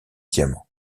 diamants